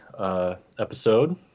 episode